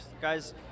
guys